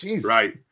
Right